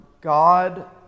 God